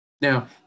Now